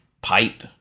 pipe